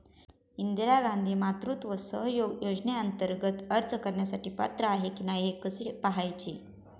इंदिरा गांधी मातृत्व सहयोग योजनेअंतर्गत अर्ज करण्यासाठी पात्र आहे की नाही हे कसे पाहायचे?